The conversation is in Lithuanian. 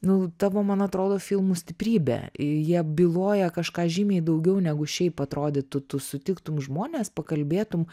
nu tavo man atrodo filmų stiprybė jie byloja kažką žymiai daugiau negu šiaip atrodytų tu sutiktum žmones pakalbėtum